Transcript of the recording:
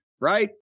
right